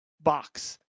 box